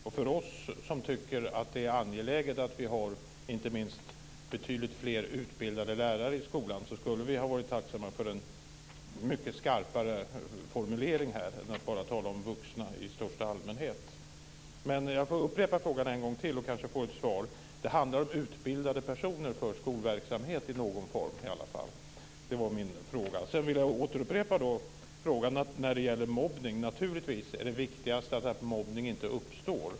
Och för oss som tycker att det är angeläget att vi har inte minst betydligt fler utbildade lärare i skolan, så skulle vi ha varit tacksamma för en mycket skarpare formulering här än att man bara talar om vuxna i största allmänhet. Men jag får upprepa frågan en gång till och kanske få ett svar. Handlar det i alla fall om utbildade personer för skolverksamhet i någon form? Sedan vill jag upprepa min fråga om mobbning. Naturligtvis är det viktigast att mobbning inte uppstår.